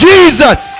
Jesus